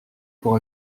pour